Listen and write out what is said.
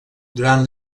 durant